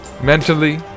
Mentally